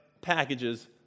packages